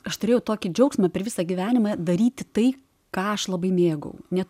aš turėjau tokį džiaugsmą per visą gyvenimą daryti tai ką aš labai mėgau ne